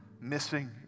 missing